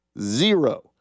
Zero